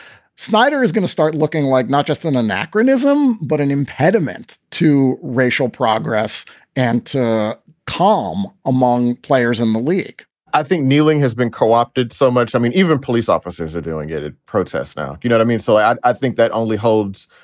snyder is going to start looking like not just an anachronism, but an impediment to racial progress and calm among players in the league i think kneeling has been co-opted so much. i mean, even police officers are doing it at protests now. you know, i mean, so i i think that only holds.